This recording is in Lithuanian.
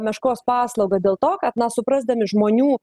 meškos paslaugą dėl to kad na suprasdami žmonių